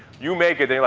you make it, then you're